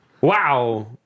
Wow